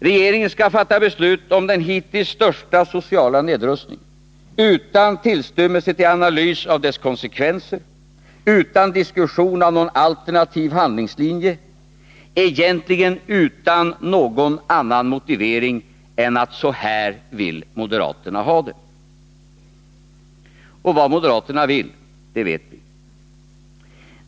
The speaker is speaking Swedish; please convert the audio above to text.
Riksdagen skall fatta beslut om den hittills största sociala nedrustningen utan tillstymmelse till analys av dess konsekvenser, utan diskussion av någon alternativ handlingslinje, egentligen utan någon annan motivering än att så här vill moderaterna ha det. Vad moderaterna vill, det vet vi.